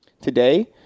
Today